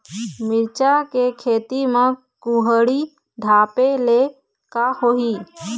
मिरचा के खेती म कुहड़ी ढापे ले का होही?